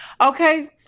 Okay